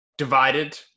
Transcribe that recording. divided